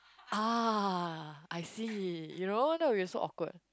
ah I see you know that will be so awkward